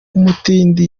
umutindi